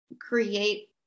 create